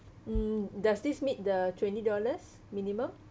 mm does this meet the twenty dollars minimum